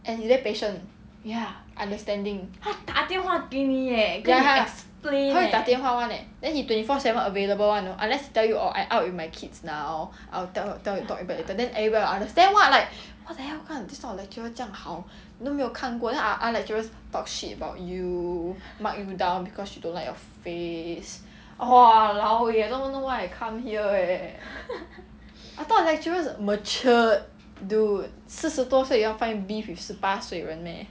and he's very patient understanding ya 他会打电话 [one] eh then he twenty four seven available you know unless he tell you orh I out with my kids now I'll tell tell you talk about it later and then everybody will understand [what] like what the hell kind of this type of lecturer 这样好都那没有看过 but then our other lecturers talk shit about you mark you down because she don't like your face !walao! eh I don't even know why I come here eh I thought lecturers matured dude 四十多岁要 find beef with 十多岁人 meh